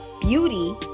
beauty